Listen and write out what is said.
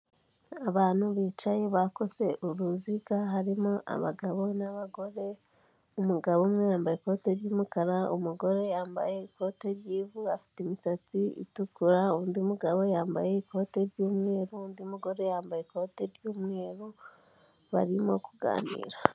Abantu bicaye bakoze uruziga, harimo abagabo n'abagore, umugabo umwe yambaye ikoti ry'umukara, umugore yambaye ikoti ry'ivu, afite imisatsi itukura, undi mugabo yambaye ikoti ry'umweru, undi mugore yambaye ikoti ry'umweru, barimo kuganira.